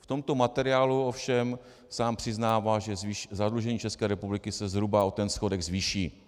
V tomto materiálu ovšem sám přiznává, že zadlužení České republiky se zhruba o ten schodek zvýší.